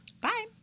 Bye